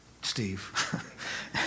Steve